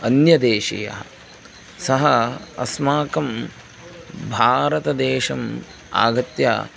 अन्यदेशीयः सः अस्माकं भारतदेशम् आगत्य